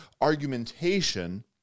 argumentation